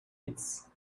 its